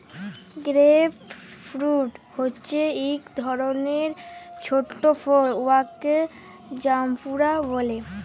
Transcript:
grape fruit হছে ইক ধরলের ছট ফল উয়াকে জাম্বুরা ব্যলে